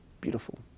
beautiful